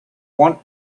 want